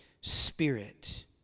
spirit